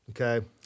Okay